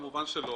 כמובן שלא,